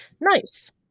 Nice